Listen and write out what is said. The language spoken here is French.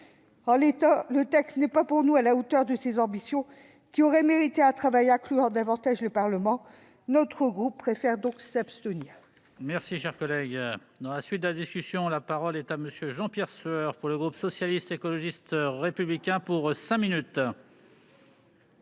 En l'état, le texte n'est pas selon nous à la hauteur de ses ambitions. Il aurait mérité un travail incluant davantage le Parlement. Notre groupe préférera donc s'abstenir.